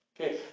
Okay